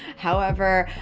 however,